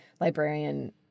librarian